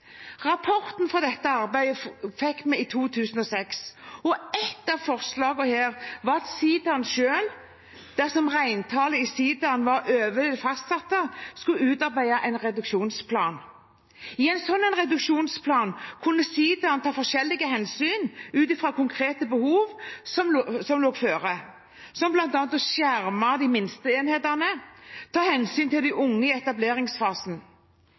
Rapporten fra dette arbeidet fikk vi i 2006, og ett av forslagene her var at sidaen selv, dersom reintallet i sidaen var over det fastsatte, skulle utarbeide en reduksjonsplan. I en slik reduksjonsplan kunne sidaen ta forskjellige hensyn ut fra konkrete behov som forelå, som bl.a. å skjerme de minste enhetene og ta hensyn til de unge i etableringsfasen.